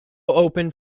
open